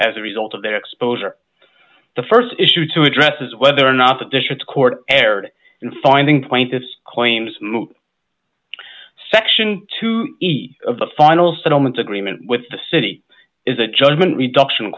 as a result of their exposure the st issue to address is whether or not the district court erred in finding plaintiffs claims moot section two of the final settlement agreement with the city is a judgment reduction